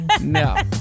No